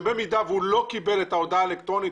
שבמידה והוא לא קיבל את ההודעה האלקטרונית